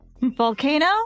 volcano